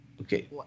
Okay